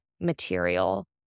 material